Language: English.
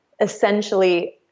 essentially